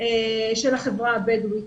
של החברה הבדואית.